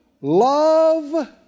love